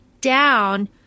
down